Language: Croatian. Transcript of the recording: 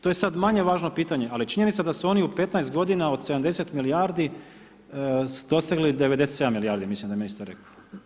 To je sad manje važno pitanje, ali činjenica da su oni u 15 godina od 70 milijardi su dosegli 97 milijardi, mislim da je ministar rekao.